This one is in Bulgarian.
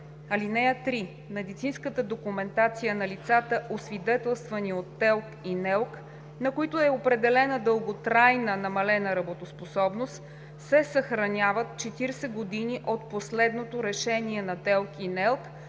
вид: „(3) Медицинската документация на лицата, освидетелствани от ТЕЛК и НЕЛК, на които е определена дълготрайна намалена работоспособност, се съхраняват 40 години от последното решение на ТЕЛК и НЕЛК,